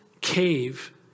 cave